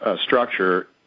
structure